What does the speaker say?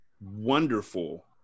wonderful